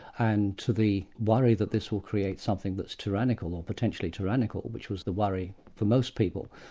and to the worry that this will create something that's tyrannical or potentially tyrannical, which was the worry for most people,